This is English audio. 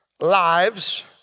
lives